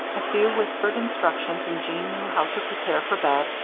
a few whispered instructions and jeanne knew how to prepare for bed,